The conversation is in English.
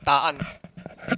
答案